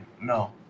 No